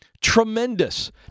tremendous